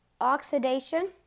Oxidation